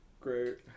Great